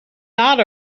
not